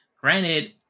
granted